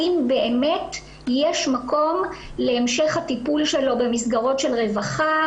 האם באמת יש מקום להמשך הטיפול שלו במסגרות של רווחה,